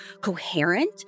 coherent